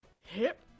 Hip